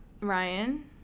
Ryan